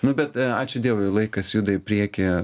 nu bet ačiū dievui laikas juda į priekį